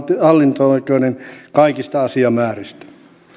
hallinto oikeuden kaikista asiamääristä